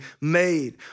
made